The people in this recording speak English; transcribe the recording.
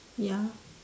ya